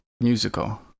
musical